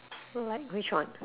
like which one